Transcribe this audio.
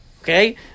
Okay